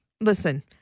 Listen